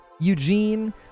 Eugene